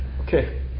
Okay